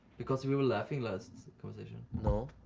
because we were laughing last conversation. no?